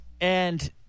and-